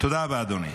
תודה רבה, אדוני.